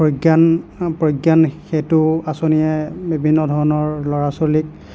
প্ৰজ্ঞান প্ৰজ্ঞান সেতু আঁচনিয়ে বিভিন্ন ধৰণৰ ল'ৰা ছোৱালীক